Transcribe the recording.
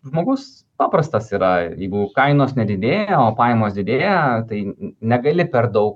žmogus paprastas yra jeigu kainos nedidėja o pajamos didėja tai negali per daug